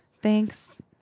Thanks